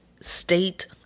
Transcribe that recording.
state